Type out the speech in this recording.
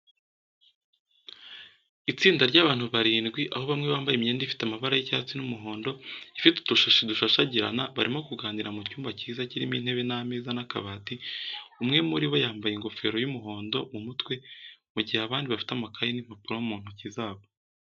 Itsinda ry'abantu barindwi, aho bamwe bambaye imyenda ifite amabara y'icyatsi n'umuhondo ifite udushashi dushashagirana, barimo kuganira mu cyumba cyiza kirimo intebe n’ameza n'akabati. Umwe muri bo yambaye ingofero y'umuhondo mu mutwe mu gihe abandi bafite amakayi n'impapuro mu ntoki zabo.